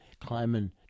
climbing